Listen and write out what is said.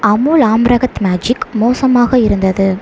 Amul Amrakhand magic மோசமாக இருந்தது